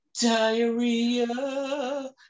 diarrhea